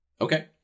Okay